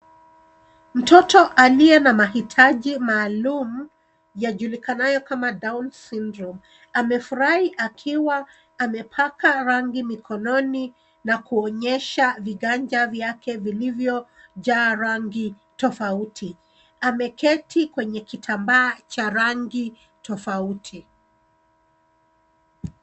Mtoto aliye na mahitaji maalumu yajulikanayo kama down syndrome , amefurahi akiwa amepaka rangi mikononi, na kuonyesha viganja vyake vilivyojaa rangi tofauti. Ameketi kwenye kitambaa cha rangi tofauti.